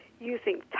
using